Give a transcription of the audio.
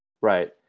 Right